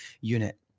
unit